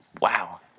Wow